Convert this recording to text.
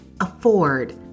Afford